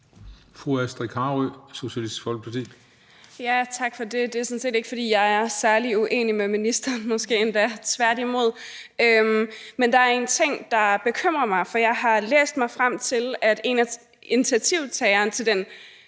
Tak for det. Det er sådan set ikke, fordi jeg er særlig uenig med ministeren, måske endda tværtimod. Men der er en ting, der bekymrer mig, for jeg har læst mig frem til, at en af initiativtagerne til den